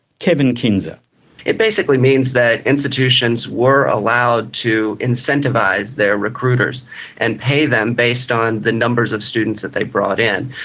kevin kinser it basically means that institutions were allowed to incentivise their recruiters and pay them based on the numbers of students that they brought in.